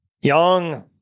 young